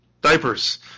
diapers